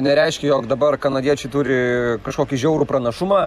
nereiškia jog dabar kanadiečiai turi kažkokį žiaurų pranašumą